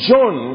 John